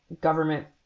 government